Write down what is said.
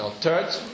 third